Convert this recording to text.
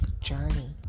journey